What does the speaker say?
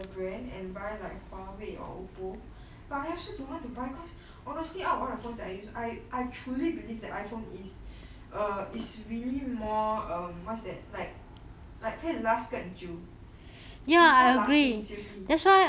that's why I got think should I compromise on the brand and buy like Huawei Oppo but I also don't want to buy because honestly out O_G all the phones that I used I I truly believe the iPhone is err is really more um what's that like 可以 last 更久 it's more lasting seriously